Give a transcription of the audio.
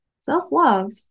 self-love